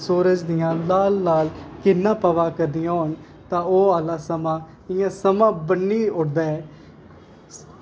सूरज दियां लाल लाल किरणां पवा करदियां होन तां ओह् आह्ला समां समां बन्नी ओड़दा ऐ